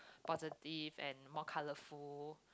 positive and more colorful